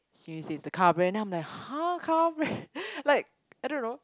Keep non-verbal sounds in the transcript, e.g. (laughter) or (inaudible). she says the car brand then I'm like !huh! car brand (laughs) like I don't know